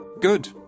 good